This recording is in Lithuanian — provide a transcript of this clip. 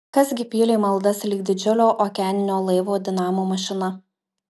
kas gi pylė maldas lyg didžiulio okeaninio laivo dinamo mašina